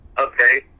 Okay